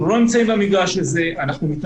אנחנו לא נמצאים במגרש הזה -- יוסי: